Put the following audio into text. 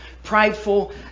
Prideful